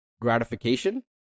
gratification